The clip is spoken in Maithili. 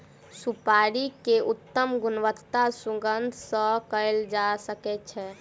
सुपाड़ी के उत्तम गुणवत्ता सुगंध सॅ कयल जा सकै छै